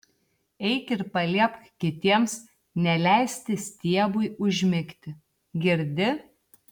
eik ir paliepk kitiems neleisti stiebui užmigti girdi